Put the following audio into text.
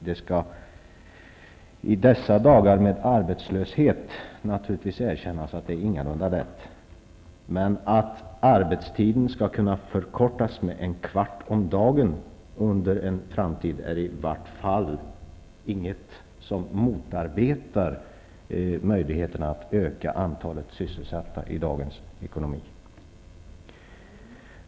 Det skall i dessa dagar med arbetslöshet naturligtvis erkännas att det ingalunda är lätt, men att arbetstiden i framtiden skall kunna förkortas med en kvart om dagen är i vart fall inget som motverkar möjligheterna att öka antalet sysselsatta i dagens ekonomi.